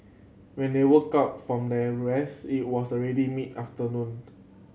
when they woke up from their rest it was already mid afternoon